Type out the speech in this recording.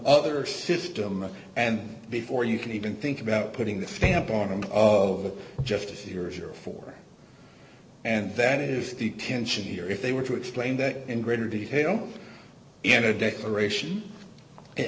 other system and before you can even think about putting the phantom of justice here or for and that is the tension here if they were to explain that in greater detail in a declaration it